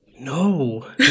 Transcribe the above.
No